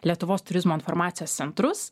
lietuvos turizmo informacijos centrus